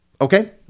Okay